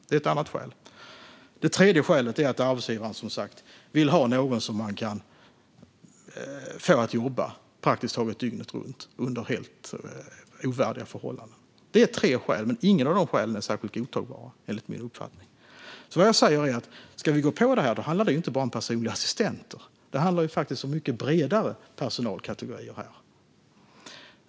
Det tredje skälet är att arbetsgivaren, som sagt, vill ha någon som det går att få att jobba praktiskt taget dygnet runt under helt ovärdiga förhållanden. Det är tre skäl, men inget av dem är särskilt godtagbara, enligt min uppfattning. Vad jag säger är att ska vi gå på det här handlar det inte bara om personliga assistenter, utan det handlar om mycket bredare personalkategorier.